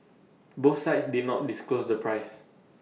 both sides did not disclose the price